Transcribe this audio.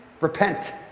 repent